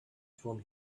from